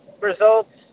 results